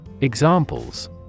Examples